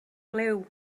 liw